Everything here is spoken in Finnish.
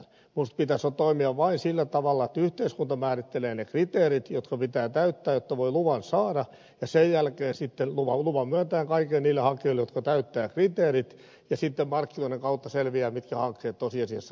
minusta pitäisi toimia vain sillä tavalla että yhteiskunta määrittelee ne kriteerit jotka pitää täyttää jotta voi luvan saada ja sen jälkeen sitten myöntää luvan kaikille niille hakijoille jotka täyttävät kriteerit ja sitten markkinoiden kautta selviää mitkä hankkeet tosiasiassa lähtevät liikkeelle